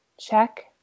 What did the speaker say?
check